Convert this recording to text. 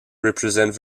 represent